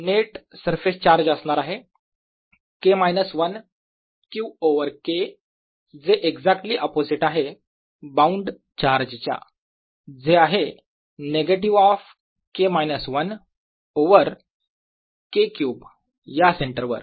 तर net surface charge असणार आहे K minus 1 Q over K जे एक्झॅक्ट्ली अपोझिट आहे बाउंड चार्ज च्या जे आहे negative of K minus 1 over K cube या सेंटरवर